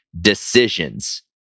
decisions